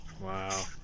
Wow